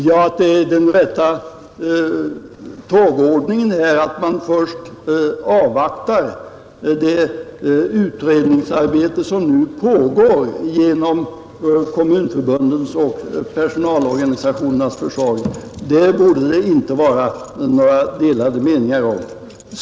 Herr talman! Att den rätta tågordningen är att man först avvaktar det utredningsarbete som nu pågår genom kommunförbundens och personalorganisationernas försorg borde det inte vara några delade meningar om.